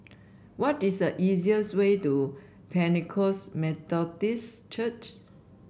what is the easiest way to Pentecost Methodist Church